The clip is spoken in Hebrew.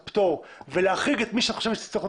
פטור ולהחריג את מי שאת חושבת שצריך להיות